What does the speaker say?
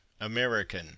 american